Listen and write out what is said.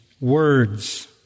words